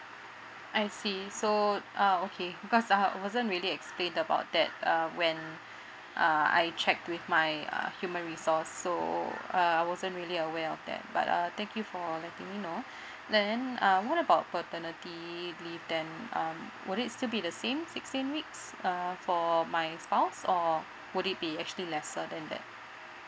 I see so uh okay because I wasn't really explained about that um when uh I check with my uh human resource so I wasn't really aware of that but uh thank you for letting me know then uh what about paternity leave then um would it still be the same sixteen weeks uh for my spouse or would it be actually lesser than that